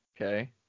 Okay